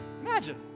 Imagine